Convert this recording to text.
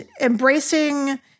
embracing